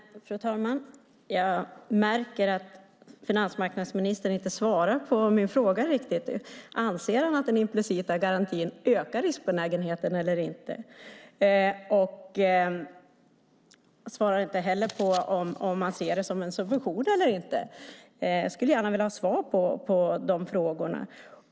Fru talman! Jag märker att finansmarknadsministern inte riktigt svarar på min fråga: Anser han att den implicita garantin ökar riskbenägenheten eller inte? Han svarar inte heller på om han ser det som en subvention eller inte. Jag skulle gärna vilja ha svar på de frågorna.